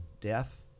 death